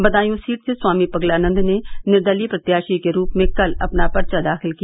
Badaun seat से स्वामी पगला नंद ने निर्दलीय प्रत्याशी के रूप में कल अपना पर्चा दाखिल किया